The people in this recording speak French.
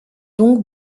donc